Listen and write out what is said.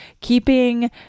keeping